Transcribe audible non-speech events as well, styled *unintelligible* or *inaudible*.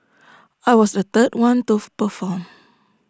I was the third one to *unintelligible* perform